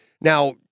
now